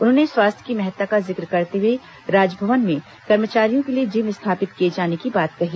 उन्होंने स्वास्थ्य की महत्ता का जिक्र करते हुए राजभवन में कर्मचारियों के लिए जिम स्थापित किए जाने की बात कही